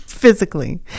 physically